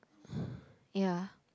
ya